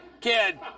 Kid